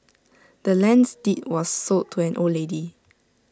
the land's deed was sold to the old lady